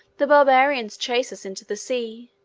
the barbarians chase us into the sea,